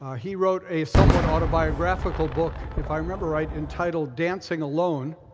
he wrote a somewhat autobiographical book, if i remember right, entitled dancing alone,